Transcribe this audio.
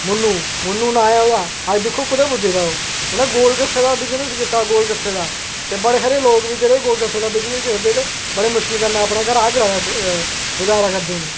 मुन्नू मुन्नू नांऽ ऐ ओह्दा अज्ज दिक्खो आं कु'त्थें पुज्जे दा ओह् मतलब उ'न्ने गोलगप्फें दा बिजनेस कीता गोलगप्फें दा ते बड़े सारे लोग जेह्के गोलगप्फें दा बिजनेस करदे ते बड़े मुशकल कन्नै अपने घरै दा गुजारा करदे न